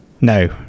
No